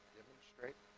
demonstrate